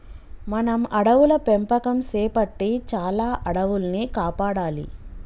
మనం అడవుల పెంపకం సేపట్టి చాలా అడవుల్ని కాపాడాలి